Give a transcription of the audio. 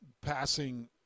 passing